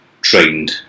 trained